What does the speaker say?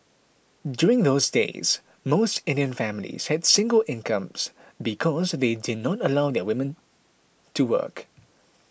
during those days most Indian families had single incomes because they did not allow their women to work